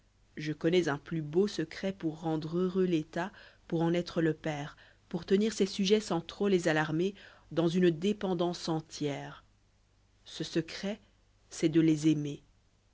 je connois un plus beau secret pont rendre heureux l'état pour en être la père pour tenir ses sujets sans trop les alarmer dans une dépendance entière v ce secret c'est de les aimer